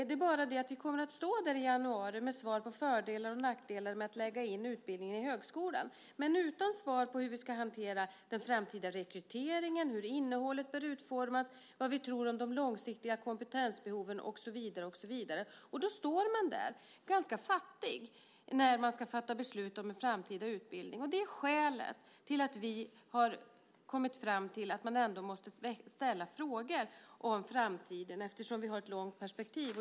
Det är bara det att vi kommer att stå där i januari med svar på fördelar och nackdelar med att lägga in utbildningen i högskolan, men utan svar på hur vi ska hantera den framtida rekryteringen, hur innehållet är utformat, vad vi tror om de långsiktiga kompetensbehoven och så vidare. Då står man där, ganska fattig, när man ska fatta beslut om en framtida utbildning. Det är skälen till att vi har kommit fram till att man ändå måste ställa frågor om framtiden, eftersom vi har ett långt perspektiv.